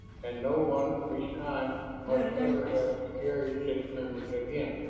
and no one of his kind must ever have to carry such memories again.